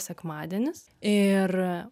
sekmadienis ir